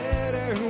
Better